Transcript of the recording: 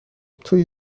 توی